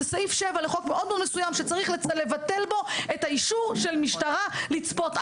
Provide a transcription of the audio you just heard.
זה סעיף 7 לחוק מאוד מסוים שצריך לבטל בו את האישור של המשטרה לצפות.